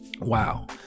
Wow